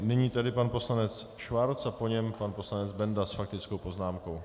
Nyní pan poslanec Schwarz a po něm pan poslanec Benda s faktickou poznámkou.